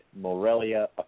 Morelia